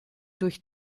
durch